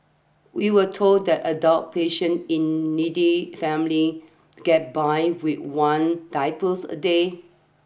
we were told that adult patients in needy families get by with one diaper a day